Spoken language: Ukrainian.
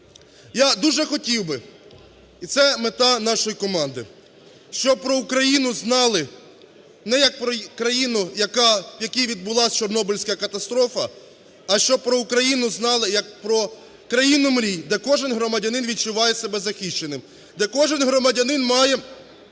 Я дуже хотів би, і це мета нашої команди, щоб про Україну знали не як про країну, в якій відбулася Чорнобильська катастрофа, а щоб про Україну знали як про країну мрій, де кожен громадянин відчуває себе захищеним, де кожен громадянин має